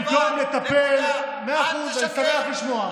במקום לטפל, מאה אחוז, שמח לשמוע.